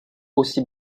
aussi